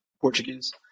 Portuguese